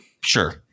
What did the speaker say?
Sure